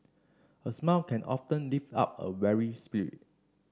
a smile can often lift up a weary spirit